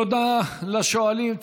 תודה לשואלים.